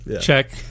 Check